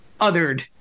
othered